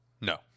no